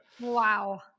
Wow